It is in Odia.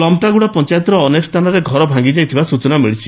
ଲମତାଗୁଡ଼ା ପଞାୟତର ଅନେକ ସ୍ତାନରେ ଘର ଭାଗିଥିବା ସୂଚନା ମିଳିଛି